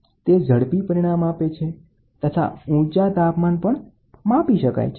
તે ઝડપી પરિણામ આપે છે તથા ઊંચા તાપમાન પણ માપી શકાય છે